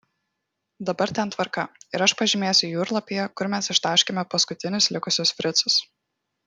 dabar ten tvarka ir aš pažymėsiu jūrlapyje kur mes ištaškėme paskutinius likusius fricus